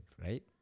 right